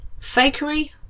fakery